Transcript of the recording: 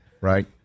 Right